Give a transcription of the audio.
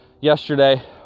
yesterday